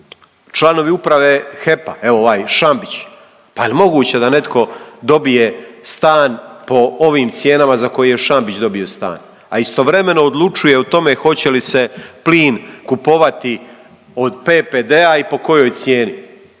članovi uprave HEP-a, evo ovaj Šambić. Pa je li moguće da netko dobije stan po ovim cijenama za koje je Šambić dobio stan, a istovremeno odlučuje o tome hoće li se plin kupovati od PPD-a i po kojoj cijeni?